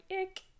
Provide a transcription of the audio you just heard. ick